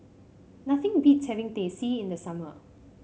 nothing beats having Teh C in the summer